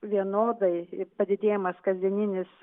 vienodai ir padidėjimas kasdieninis